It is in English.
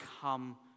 come